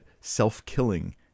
self-killing